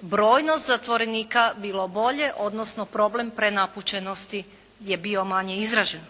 brojnost zatvorenika bilo bolje, odnosno problem prenapučenosti je bio manje izražen.